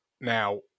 Now